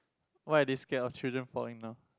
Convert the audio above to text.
why are they scared of children falling down